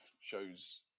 shows